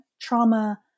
trauma